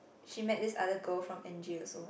she met this other girl from N_J also